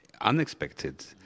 unexpected